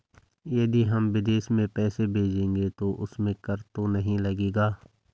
यदि हम विदेश में पैसे भेजेंगे तो उसमें कर तो नहीं लगेगा?